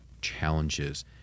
challenges